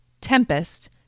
Tempest